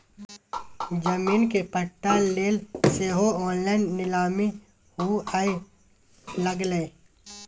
जमीनक पट्टा लेल सेहो ऑनलाइन नीलामी हुअए लागलै